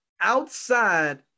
outside